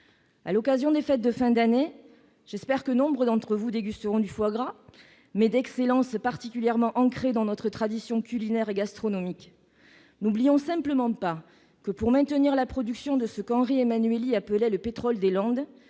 À l'occasion des fêtes de fin d'année, j'espère que nombre d'entre vous dégusteront du foie gras, mets d'excellence particulièrement ancré dans notre tradition culinaire et gastronomique. N'oublions simplement pas que pour maintenir la production de ce que Henri Emmanuelli appelait « le pétrole des Landes